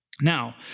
Now